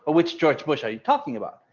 which george bush, are you talking about?